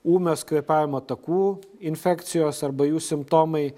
ūmios kvėpavimo takų infekcijos arba jų simptomai